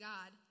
God